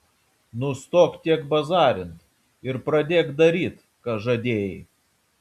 nustok tiek bazarint ir pradėk daryt ką žadėjai